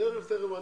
תכף.